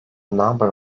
number